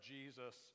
Jesus